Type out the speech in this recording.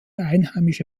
einheimische